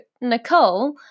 Nicole